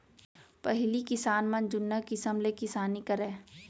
पहिली किसान मन जुन्ना किसम ले किसानी करय